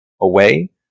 away